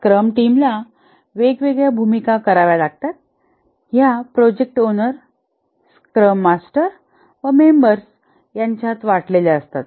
scrum team ला वेग वेगळ्या भूमिका कराव्या लागतात ह्या प्रोजेक्ट ओनर स्क्रम मास्टर व मेंबर्स यांच्यात वाटलेल्या असतात